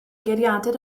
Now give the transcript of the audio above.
geiriadur